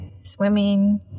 swimming